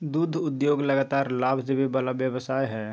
दुध उद्योग लगातार लाभ देबे वला व्यवसाय हइ